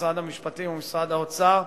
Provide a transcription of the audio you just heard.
משרד המשפטים ומשרד האוצר,